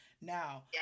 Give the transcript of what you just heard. Now